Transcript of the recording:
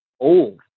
Old